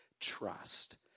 trust